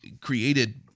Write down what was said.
created